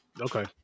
Okay